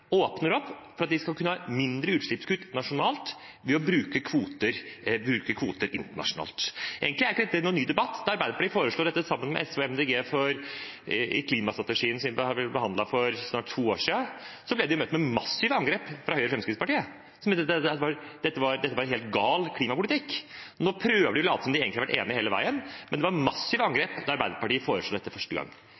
åpner opp for at man skal kunne ha mindre utslippskutt nasjonalt ved å bruke kvoter internasjonalt. Egentlig er ikke dette noen ny debatt. Da Arbeiderpartiet foreslo dette sammen med SV og Miljøpartiet De Grønne da klimastrategien ble behandlet for snart to år siden, ble vi møtt med massive angrep fra Høyre og Fremskrittspartiet, som mente at dette var helt gal klimapolitikk. Nå prøver de å late som om de egentlig har vært enig hele veien, men det var